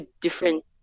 different